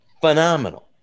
phenomenal